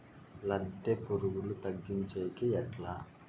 లద్దె పులుగులు తగ్గించేకి ఎట్లా?